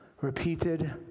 repeated